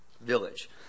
village